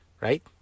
Right